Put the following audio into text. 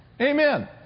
Amen